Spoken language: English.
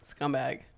Scumbag